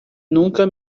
nunca